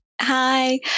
Hi